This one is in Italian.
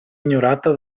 ignorata